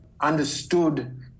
understood